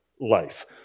life